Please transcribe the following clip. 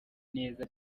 neza